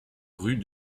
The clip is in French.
rue